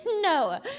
No